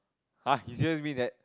[huh] you just mean that